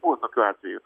buvo tokių atvejų